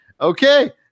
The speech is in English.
okay